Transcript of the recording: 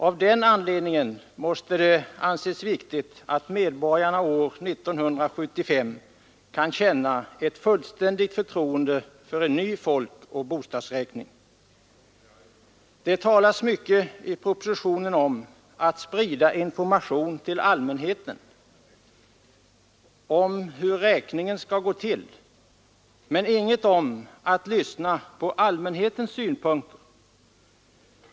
Av den anledningen måste det anses viktigt att medborgarna år 1975 kan känna ett fullständigt förtroende för en ny folkoch bostadsräkning. Det talas i propositionen mycket om att sprida information till allmänheten beträffande hur räkningen skall gå till, men ingenting om att lyssna på allmänhetens synpunkter.